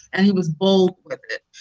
and he was bold with it.